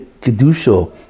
Kedusha